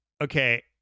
Okay